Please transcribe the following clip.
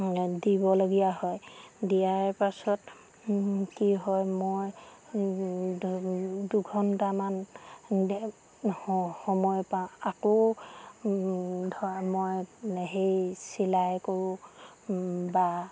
দিবলগীয়া হয় দিয়াৰ পাছত কি হয় মই দুঘণ্টামান সময় পাওঁ আকৌ ধৰা মই সেই চিলাই কৰোঁ বা